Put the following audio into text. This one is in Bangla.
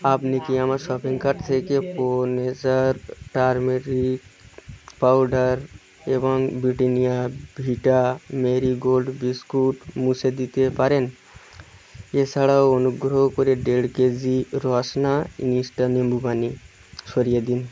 আপনি কি আমার শপিং কার্ট থেকে প্রো নেচার টারমেরিক পাউডার এবং Britannia vita Marie gold biscuit মুছে দিতে পারেন এছাড়াও অনুগ্রহ করে দেড় কেজি রসনা ইন্সটা নিম্বুপানি সরিয়ে দিন